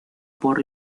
por